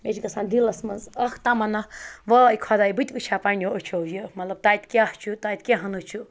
مےٚ چھِ گژھان دِلَس منٛز اَکھ تَمناہ واے خۄداے بہٕ تہِ وٕچھِ ہا پںٛںیو أچھو یہِ مطلب تَتہِ کیٛاہ چھُ تَتہِ کیٛاہ نہٕ چھُ